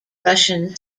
russian